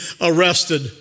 arrested